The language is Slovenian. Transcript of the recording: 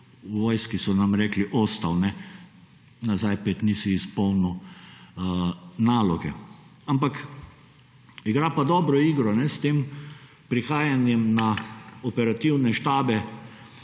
vojski so nam rekli »odstav«. Nazaj pojdi, nisi izpolnil naloge. Igra pa dobro igro s tem prihajanjem na operativne štabe